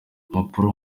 impapuro